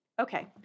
Okay